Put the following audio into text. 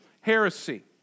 heresy